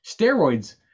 Steroids